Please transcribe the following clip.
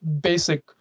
basic